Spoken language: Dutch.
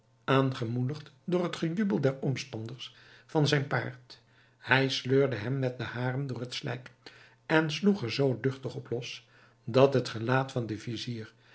aangemoedigd door het gejubel der omstanders van zijn paard hij sleurde hem met de haren door het slijk en sloeg er zoo duchtig op los dat het gelaat van den vizier